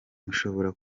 mushobora